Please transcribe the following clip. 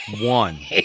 one